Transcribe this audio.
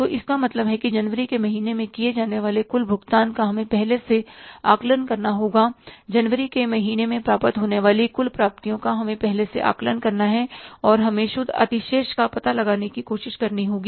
तो इसका मतलब है कि जनवरी के महीने में किए जाने वाले कुल भुगतान का हमें पहले से आकलन करना होगा जनवरी के महीने में प्राप्त होने वाली कुल प्राप्तियां का हमें पहले से आकलन करना है और हमें शुद्ध अतिशेष का पता लगाने की कोशिश करनी होगी